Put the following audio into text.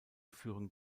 führen